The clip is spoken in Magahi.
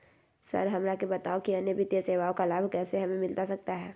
सर हमरा के बताओ कि अन्य वित्तीय सेवाओं का लाभ कैसे हमें मिलता सकता है?